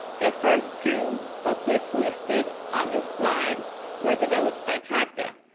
the first two booklets listed on this slide were developed by cadca,